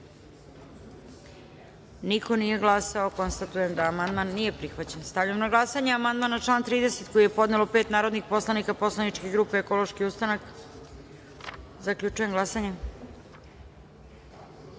niko nije glasao. Konstatujem da amandman nije prihvaćen. Stavljam na glasanje amandman na član 19. koji je podnelo osam narodnih poslanika posleničke grupe Demokratska stranka DS.Zaključujem glasanje: